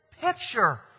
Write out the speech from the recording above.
picture